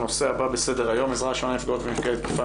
הנושא: עזרה ראשונה לנפגעות ולנפגעי תקיפה